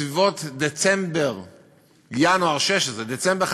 בסביבות דצמבר 15',